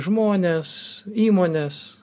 žmonės įmonės